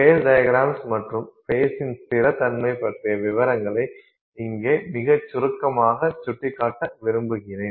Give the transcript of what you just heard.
face diagrams மற்றும் ஃபேஸின் ஸ்திரத்தன்மை பற்றிய விவரங்களை இங்கே மிகச் சுருக்கமாக சுட்டிக்காட்ட விரும்புகிறேன்